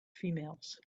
females